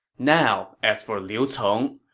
now, as for liu cong,